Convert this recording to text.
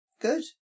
good